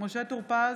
משה טור פז,